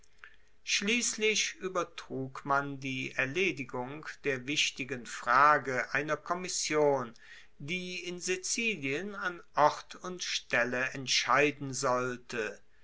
schliesslich uebertrug man die erledigung der wichtigen frage einer kommission die in sizilien an ort und stelle entscheiden sollte